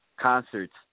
concerts